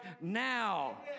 now